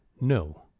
No